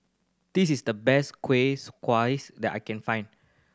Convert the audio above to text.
this is the best that I can find